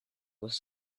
was